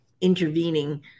intervening